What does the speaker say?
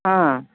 हाँ